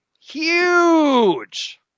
Huge